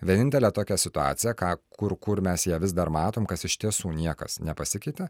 vienintelę tokią situaciją ką kur kur mes ją vis dar matom kas iš tiesų niekas nepasikeitė